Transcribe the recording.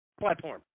platform